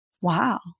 wow